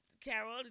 carol